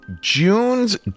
June's